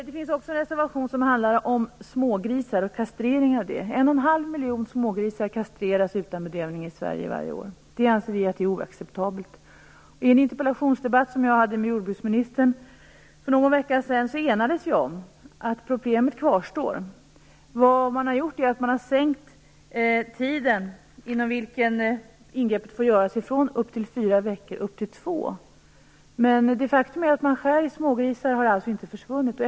Det finns också en reservation som handlar om kastrering av smågrisar. En och en halv miljon smågrisar kastreras utan bedövning i Sverige varje år. Det är oacceptabelt. I en interpellationsdebatt som jag hade med jordbruksministern för någon vecka sedan enades vi om att problemet kvarstår. Man har sänkt tiden inom vilken ingreppet får göras från fyra veckor till två. Men det faktum att man skär i smågrisar har alltså inte försvunnit.